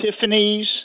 Tiffany's